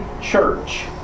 church